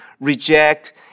reject